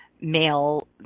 male